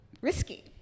risky